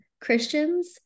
Christians